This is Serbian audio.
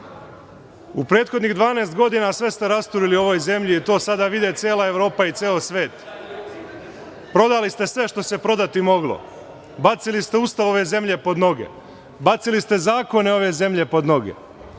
prethodnih 12 godina sve ste rasturili u ovoj zemlji i to sada vidi cela Evropa i ceo svet. Prodali ste sve što se prodati moglo. Bacili ste Ustav ove zemlje pod noge. Bacili ste zakone ove zemlje pod noge.